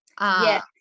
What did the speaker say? Yes